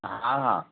हा हा